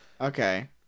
Okay